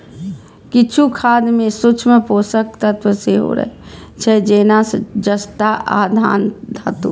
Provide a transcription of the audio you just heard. किछु खाद मे सूक्ष्म पोषक तत्व सेहो रहै छै, जेना जस्ता आ आन धातु